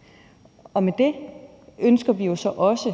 det er det andet